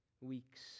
weeks